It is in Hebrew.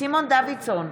סימון דוידסון,